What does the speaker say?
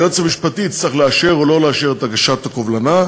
היועץ המשפטי יצטרך לאשר או לא לאשר את הגשת הקובלנה.